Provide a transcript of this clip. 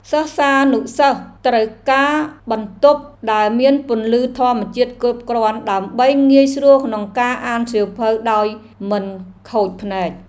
សិស្សានុសិស្សត្រូវការបន្ទប់ដែលមានពន្លឺធម្មជាតិគ្រប់គ្រាន់ដើម្បីងាយស្រួលក្នុងការអានសៀវភៅដោយមិនខូចភ្នែក។